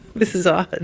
this is ah and